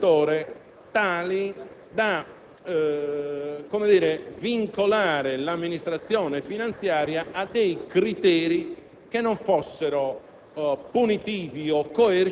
Ora, è ben vero, come veniva ricordato, che anche nei mesi precedenti si è ritornati su questo tema, ne abbiamo discusso anche in Aula